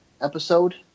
episode